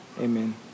Amen